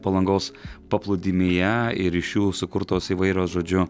palangos paplūdimyje ir iš jų sukurtos įvairios žodžiu